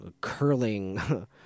curling